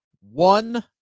one